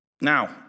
Now